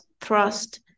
thrust